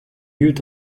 eut